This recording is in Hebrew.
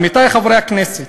עמיתי חברי הכנסת,